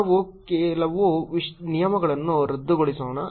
ನಾವು ಕೆಲವು ನಿಯಮಗಳನ್ನು ರದ್ದುಗೊಳಿಸೋಣ